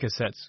cassettes